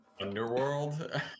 Underworld